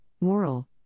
moral